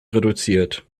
reduziert